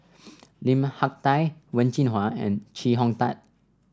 Lim Hak Tai Wen Jinhua and Chee Hong Tat